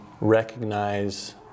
recognize